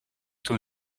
toen